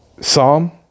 Psalm